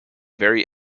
very